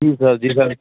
जी sir जी sir